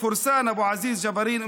פורסאן אבו עזיז ג'בארין,